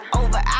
over